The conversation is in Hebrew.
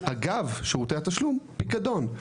אגב שירותי התשלום פיקדון.